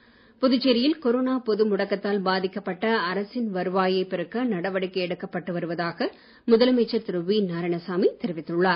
corona பொது புதுச்சேரியில் முடக்கத்தால் பாதிக்கப்பட்ட அரசின் வருவாயை பெருக்க நடவடிக்கை எடுக்கப்பட்டு வருவதாக முதலமைச்சர் திரு வி நாராயணசாமி தெரிவித்துள்ளார்